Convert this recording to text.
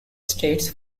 states